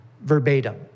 verbatim